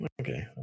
okay